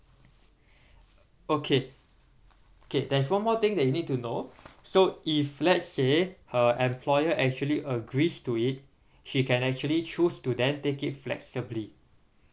okay okay there's one more thing that you need to know so if let's say her employer actually agrees to it she can actually choose to then taking flexibility